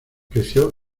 creció